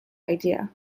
idea